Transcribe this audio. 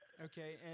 Okay